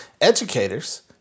educators